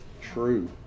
True